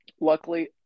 Luckily